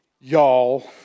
y'all